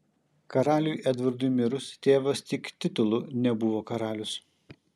karaliui edvardui mirus tėvas tik titulu nebuvo karalius